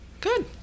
good